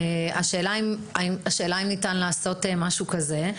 השאלה אם ניתן לעשות משהו כזה.